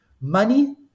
money